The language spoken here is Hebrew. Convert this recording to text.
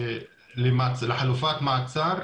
לחלופת מעצר,